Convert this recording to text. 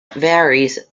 varies